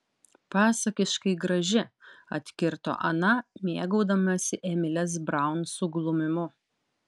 pasakiškai graži atkirto ana mėgaudamasi emilės braun suglumimu